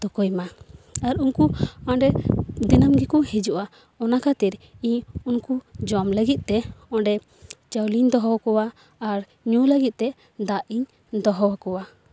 ᱛᱩᱠᱟᱹᱭ ᱢᱟ ᱟᱨ ᱩᱱᱠᱩ ᱚᱸᱰᱮ ᱫᱤᱱᱟᱹᱢ ᱜᱮᱠᱚ ᱦᱤᱡᱩᱜᱼᱟ ᱚᱱᱟ ᱠᱷᱟᱹᱛᱤᱨ ᱤᱧ ᱩᱱᱠᱩ ᱡᱚᱢ ᱞᱟᱹᱜᱤᱫ ᱛᱮ ᱚᱸᱰᱮ ᱪᱟᱣᱞᱮᱧ ᱫᱚᱦᱚᱣ ᱠᱚᱣᱟ ᱟᱨ ᱧᱩ ᱞᱟᱹᱜᱤᱫ ᱛᱮ ᱫᱟᱜ ᱤᱧ ᱫᱚᱦᱚ ᱟᱠᱚᱣᱟ